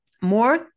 more